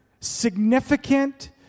significant